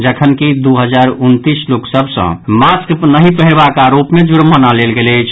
जखनकि दू हजार उनतीस लोक सभ सँ मास्क नहि पहिरबाक आरोप मे जुर्माना लेल गेल अछि